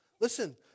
Listen